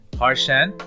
harshan